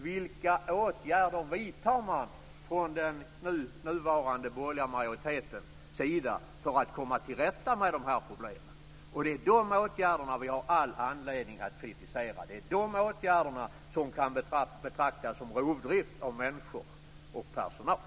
Vilka åtgärder vidtar man från den nuvarande borgerliga majoritetens sida för att komma till rätta med dessa problem? Det är de åtgärderna vi har all anledning att kritisera. De är de åtgärderna som kan betraktas som rovdrift av människor och personal.